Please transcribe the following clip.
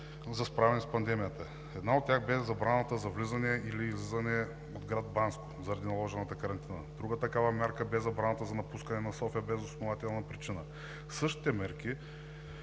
за справяне с пандемията. Една от тях бе забраната за влизане или излизане от град Банско заради наложената карантина. Друга такава мярка бе забраната за напускане на София без основателна причина. Същите мерки